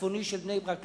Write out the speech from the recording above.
הצפוני של בני-ברק,